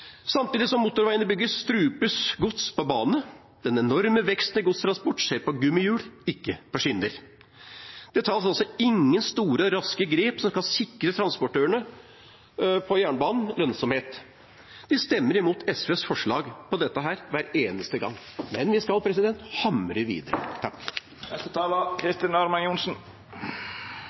Den enorme veksten i godstransport skjer på gummidekk, ikke på skinner. Det tas altså ingen store, raske grep som skal sikre transportørene på jernbanen lønnsomhet. De stemmer imot SVs forslag om dette hver eneste gang. Men vi skal hamre videre.